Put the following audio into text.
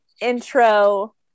intro